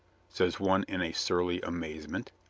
says one in a surly amaze ment.